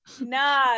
Nah